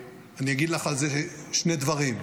אני אגיד לך על זה שני דברים: